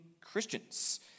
Christians